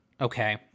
Okay